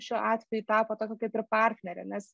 šiuo atveju tapo tokia kaip ir partnere nes